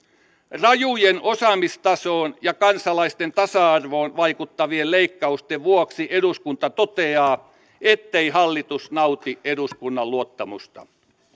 rajujen osaamistasoon ja kansalaisten tasa arvoon vaikuttavien leikkausten vuoksi eduskunta toteaa ettei hallitus nauti eduskunnan luottamusta